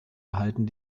erhalten